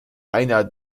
einer